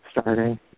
starting